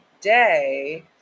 day